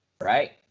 right